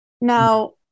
Now